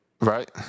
Right